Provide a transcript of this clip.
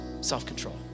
self-control